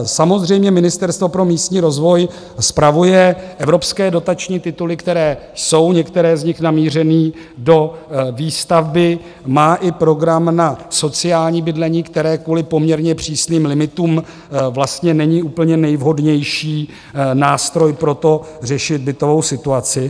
Samozřejmě Ministerstvo pro místní rozvoj spravuje evropské dotační tituly, kde jsou, některé z nich, namířené do výstavby, má i program na sociální bydlení, které kvůli poměrně přísným limitům vlastně není úplně nejvhodnější nástroj pro to řešit bytovou situaci.